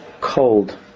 cold